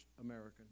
American